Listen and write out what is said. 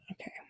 Okay